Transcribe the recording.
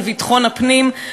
לביטחון הפנים,